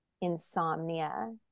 insomnia